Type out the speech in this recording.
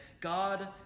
God